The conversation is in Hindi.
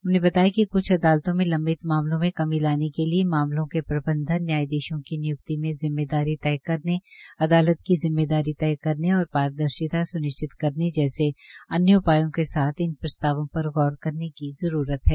उन्होंने बताया कि क्छ अदालतों में लंम्बित मामलों में कीम लाने के लिये मामलों को प्रबंधन न्यायधीशो की निय्क्ति में जिम्मेदारी तय करने अदालत की जिम्मेदारी तय करने और पारदर्शिता सुनिश्चित करने जैसे अन्य उपायों के साथ इन प्रस्तावों पर गौर करने की जरूरत है